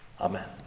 Amen